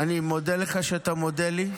אני מודה לך שאתה מודה לי.